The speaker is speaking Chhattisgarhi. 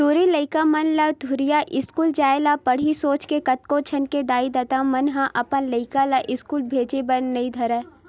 टूरी लइका मन ला दूरिहा इस्कूल जाय ल पड़ही सोच के कतको झन के दाई ददा मन ह अपन लइका ला इस्कूल भेजे बर नइ धरय